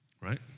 Right